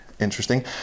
interesting